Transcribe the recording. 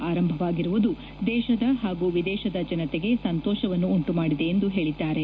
ಆರಂಭವಾಗಿರುವುದು ದೇಶದ ಹಾಗೂ ವಿದೇಶದ ಜನತೆಗೆ ಸಂತೋಷವನ್ನು ಉಂಟು ಮಾಡಿದೆ ಎಂದು ಹೇಳಿದ್ದಾರೆ